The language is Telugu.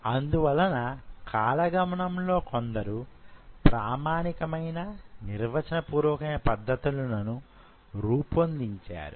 అందువలన కాలగమనంలో కొందరు ప్రామాణికమైన నిర్వచన పూర్వకమైన పద్ధతులను రూపొందించారు